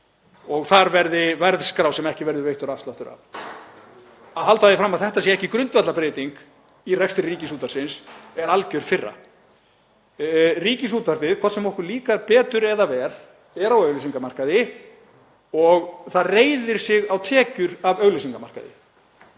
fyrir liggur verðskrá sem ekki er veittur afsláttur af.“ Að halda því fram að þetta sé ekki grundvallarbreyting í rekstri Ríkisútvarpsins er alger firra. Ríkisútvarpið, hvort sem okkur líkar betur eða verr, er á auglýsingamarkaði og það reiðir sig á tekjur af auglýsingamarkaði.